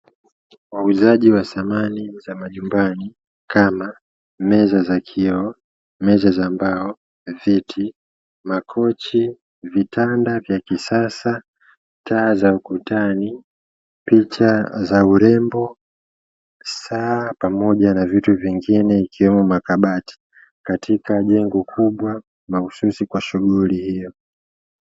Wauzaji wa samani za majumbani kama meza za kioo, meza za mbao, viti, makochi, vitanda vya kisasa, taa za ukutani, picha za urembo, saa pamoja na vitu vingine ikiwemo makabati. katika jengo kubwa mahususi kwa shughuli hiyo.